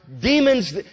demons